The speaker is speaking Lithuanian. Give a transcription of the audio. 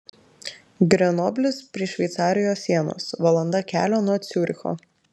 grenoblis prie šveicarijos sienos valanda kelio nuo ciuricho